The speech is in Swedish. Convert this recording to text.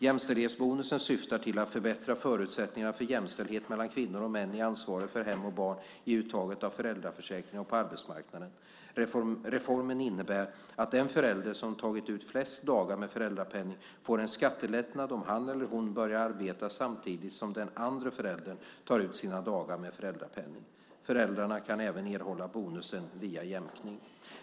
Jämställdhetsbonusen syftar till att förbättra förutsättningarna för jämställdhet mellan kvinnor och män i ansvaret för hem och barn i uttaget av föräldraförsäkringen och på arbetsmarknaden. Reformen innebär att den förälder som har tagit ut flest dagar med föräldrapenning får en skattelättnad om han eller hon börjar arbeta samtidigt som den andra föräldern tar ut sina dagar med föräldrapenning. Föräldrarna kan även erhålla bonusen via jämkning.